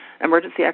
Emergency